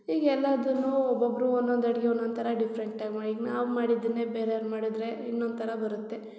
ಈಗ ಎಲ್ಲವನ್ನೂ ಒಬ್ಬೊಬ್ಬರು ಒಂದೊಂದು ಅಡುಗೆ ಒಂದೊಂದು ಥರ ಡಿಫ್ರೆಂಟಾಗಿ ಮಾ ಈಗ ನಾವು ಮಾಡಿದ್ದನ್ನೇ ಬೇರೆವ್ರು ಮಾಡಿದ್ರೆ ಇನ್ನೊಂದು ಥರ ಬರುತ್ತೆ